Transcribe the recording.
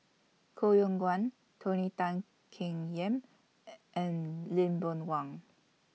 Koh Yong Guan Tony Tan Keng Yam and Lee Boon Wang